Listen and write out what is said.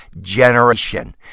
generation